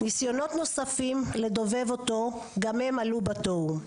ניסיונות נוספים לדובב אותו גם הם, עלו בתוהו.